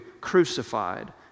crucified